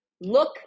Look